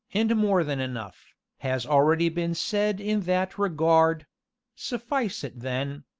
and more than enough, has already been said in that regard suffice it then,